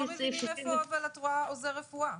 --- אנחנו לא מבינים איפה את רואה עוזר רפואה.